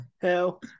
hell